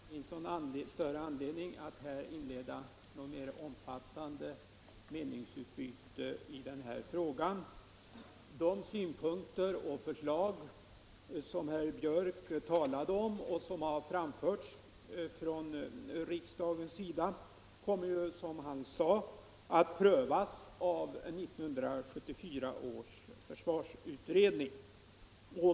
Fru talman! Jag tycker inte att det finns anledning att inleda något mer omfattande meningsutbyte i denna fråga. De synpunkter och förslag som har framförts från riksdagens sida och som herr Björck i Nässjö talade om kommer, som han sade, att prövas av 1974 års försvarsutredning.